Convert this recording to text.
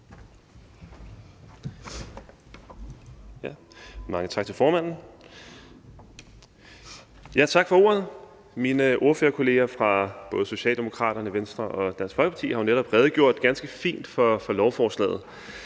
Tak for ordet. Mine ordførerkolleger fra både Socialdemokraterne, Venstre og Dansk Folkeparti har jo netop redegjort ganske fint for lovforslaget,